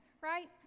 right